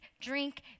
drink